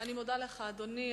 אני מודה לך, אדוני.